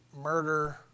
murder